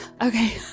okay